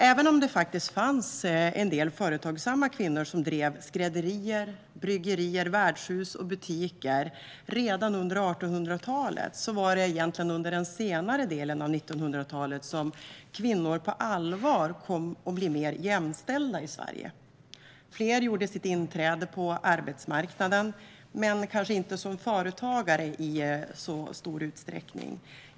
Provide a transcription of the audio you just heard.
Även om det faktiskt fanns en del företagsamma kvinnor som drev skrädderier, bryggerier, värdshus och butiker redan under 1800-talet var det egentligen under den senare delen av 1900-talet som kvinnor på allvar kom att bli mer jämställda i Sverige. Fler gjorde sitt inträde på arbetsmarknaden, men kanske inte som företagare i så stor utsträckning.